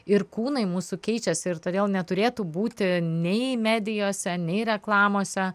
ir kūnai mūsų keičiasi ir todėl neturėtų būti nei medijose nei reklamose